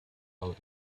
out